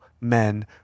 men